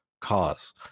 cause